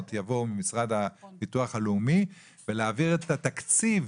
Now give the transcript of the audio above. יבואו מהביטוח הלאומי ולהעביר את התקציב